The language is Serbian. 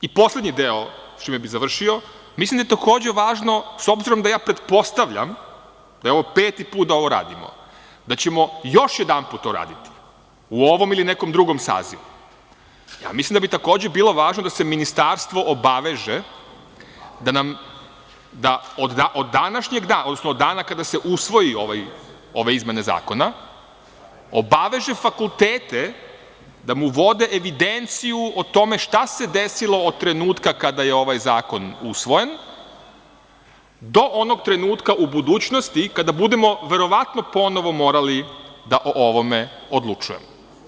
I poslednji deo, sa čime bi završio, mislim da je takođe važno, s obzirom da ja pretpostavljam da je ovo peti put da ovo radimo, da ćemo još jedanput to raditiu ovom ili nekom drugom sazivu, da se Ministarstvo obaveže da, od dana kada se usvoje ove izmene zakona, fakultete da mu vode evidenciju o tome šta se desilo od trenutka kada je ovaj zakon usvojen do onog trenutka u budućnosti kada budemo verovatno ponovo morali da o ovome odlučujemo.